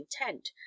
intent